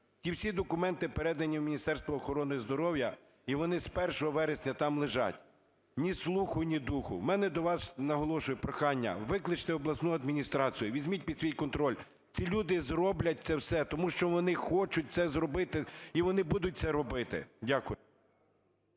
Ці всі документи передані в Міністерство охорони здоров’я, і вони з 1 вересня там лежать. Ні слуху, ні духу. В мене до вас, наголошую, прохання. Викличте обласну адміністрацію, візьміть під свій контроль. Ці люди зроблять це все, тому що вони хочуть це зробити і вони будуть це робити. Дякую.